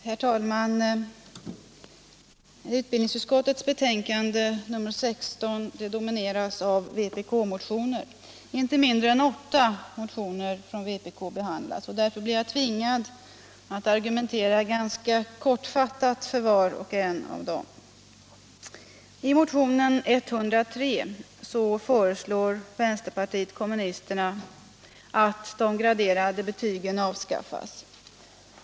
Herr talman! Utbildningsutskottets betänkande nr 16 domineras av vpk-motioner. Inte mindre än åtta motioner från vpk behandlas. Därför blir jag tvingad att argumentera ganska kortfattat för var och en av dem. I motionen 1976/77:103 föreslår vpk att de graderade betygen avskaffas.